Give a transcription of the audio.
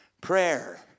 prayer